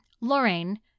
Lorraine